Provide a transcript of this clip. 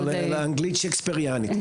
או לאנגלית שייקספירית.